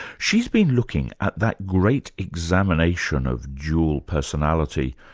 she's been looking at that great examination of dual personality,